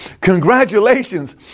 Congratulations